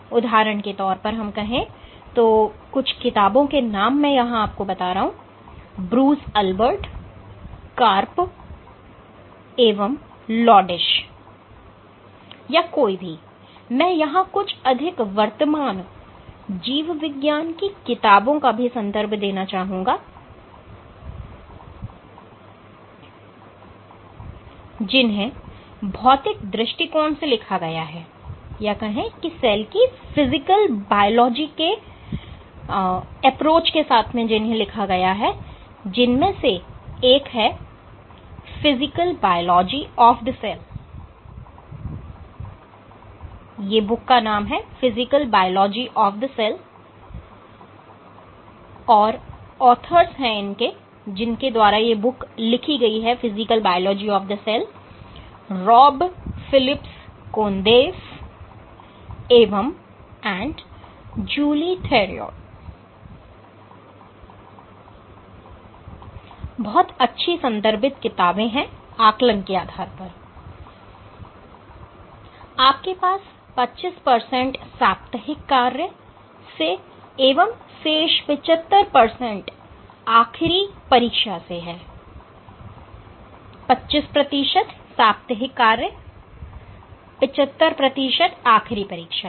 उदाहरण के तौर पर ब्रूस अल्बर्ट कार्प एवं लोडिश या कोई भी मैं यहां कुछ अधिक वर्तमान जीव विज्ञान की किताबों का भी संदर्भ देना चाहूंगा जिन्हें भौतिक दृष्टिकोण से लिखा गया है जिनमें से एक है physical biology of the cell by Rob Philips Kondev एवं Julie Theriot यह बहुत अच्छी संदर्भित किताबें हैं आकलन के आधार पर आपके पास 25 साप्ताहिक कार्य से एवं शेष 75 आखिरी परीक्षा से है